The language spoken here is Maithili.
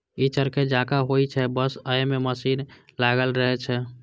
ई चरखे जकां होइ छै, बस अय मे मशीन लागल रहै छै